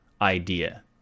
idea